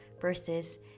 versus